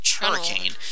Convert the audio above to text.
hurricane